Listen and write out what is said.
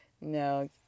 No